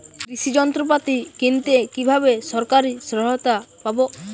কৃষি যন্ত্রপাতি কিনতে কিভাবে সরকারী সহায়তা পাব?